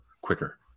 quicker